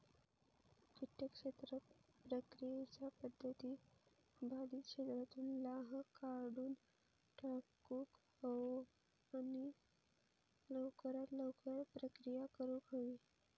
किटक क्षेत्र प्रक्रियेच्या पध्दती बाधित क्षेत्रातुन लाह काढुन टाकुक हवो आणि लवकरात लवकर प्रक्रिया करुक हवी